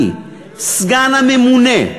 אני, סגן הממונה,